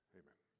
amen